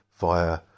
via